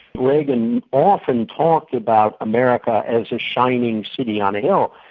reagan often talked about america as a shining city on a hill.